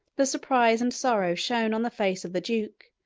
the surprise and sorrow shown on the face of the duke,